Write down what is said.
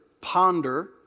ponder